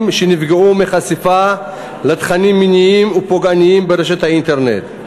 שנפגעו מחשיפה לתכנים מיניים ופוגעניים ברשת האינטרנט.